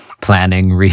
Planning